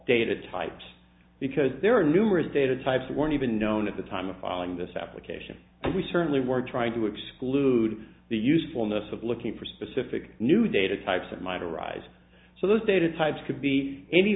data types because there are numerous data types weren't even known at the time of filing this application and we certainly weren't trying to exclude the usefulness of looking for specific new data types and might arise so those data types could be any